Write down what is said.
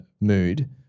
mood